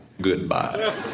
Goodbye